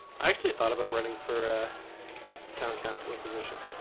i actually thought about running for town councillor position